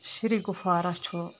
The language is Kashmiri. شِری گُفوارہ چھُ